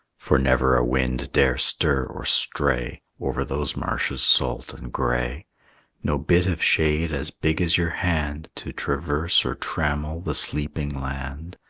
for never a wind dare stir or stray over those marshes salt and gray no bit of shade as big as your hand to traverse or trammel the sleeping land,